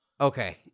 Okay